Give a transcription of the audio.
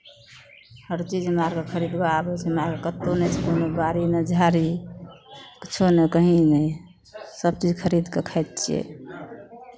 हर चीज हमरा आरके खरिदुआ आबै छै हमरा आरके कतहु नहि छै कोनो बाड़ी नहि झाड़ी किछो नहि कहीँ नहि सभचीज खरीद कऽ खाइत छियै